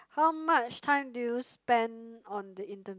how much time do you spend on the Internet